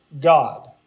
God